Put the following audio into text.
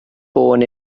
born